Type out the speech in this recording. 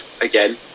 Again